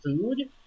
food